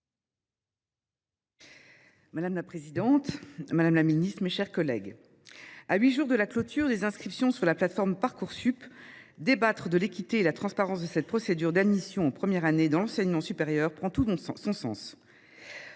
Madame la présidente, madame la ministre, mes chers collègues, à huit jours de la clôture des inscriptions sur la plateforme Parcoursup, débattre de l’équité et de la transparence de cette procédure d’admission dans l’enseignement supérieur prend tout son sens.